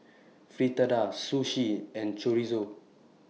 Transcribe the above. Fritada Sushi and Chorizo